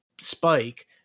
spike